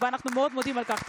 ואנחנו מאוד מודים על כך.